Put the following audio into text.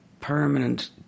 permanent